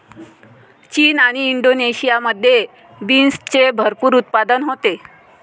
चीन आणि इंडोनेशियामध्ये बीन्सचे भरपूर उत्पादन होते